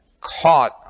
caught